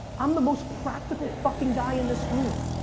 i'm the most practical fucking guy in this room.